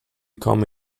come